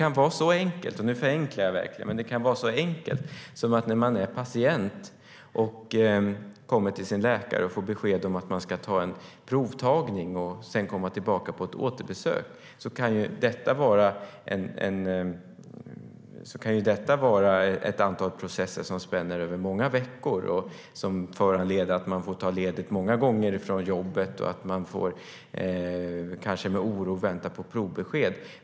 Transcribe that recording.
Nu förenklar jag, men det kan vara så enkelt som att en patient som besöker sin läkare får besked om att prov måste tas för att sedan komma tillbaka på återbesök. Det kan vara ett antal processer som spänner över många veckor, som föranleder att patienten måste ta ledigt många gånger från jobbet och sedan med oro vänta på provbesked.